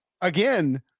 again